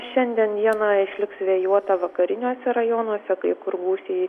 šiandien dieną išliks vėjuota vakariniuose rajonuose kai kur gūsiai